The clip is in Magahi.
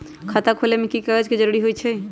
खाता खोले में कि की कागज के जरूरी होई छइ?